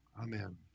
Amen